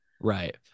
Right